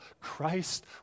Christ